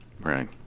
Right